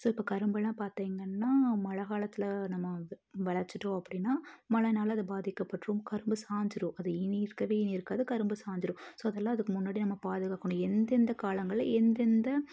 so இப்போது கரும்புலாம் பார்த்திங்கன்னா மழக்காலத்தில் நம்ம விளச்சிட்டோம் அப்படினா மழைனால அது பாதிக்கப்பட்டுரும் கரும்பு சாஞ்சிடும் அது இனி இருக்கவே இனி இருக்காது கரும்பு சாஞ்சிடும் ஸோ அதெல்லாம் அதுக்கு முன்னாடி நம்ம பாதுகாக்கணும் எந்தெந்த காலங்களில் எந்தெந்த